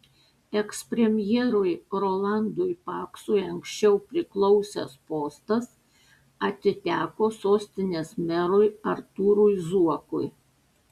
ekspremjerui rolandui paksui anksčiau priklausęs postas atiteko sostinės merui artūrui zuokui